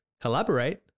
collaborate